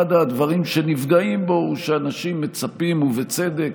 אחד הדברים שנפגעים בו הוא שאנשים מצפים, ובצדק,